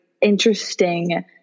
interesting